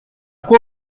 quoi